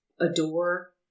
adore